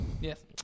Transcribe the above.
Yes